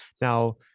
Now